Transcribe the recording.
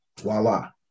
voila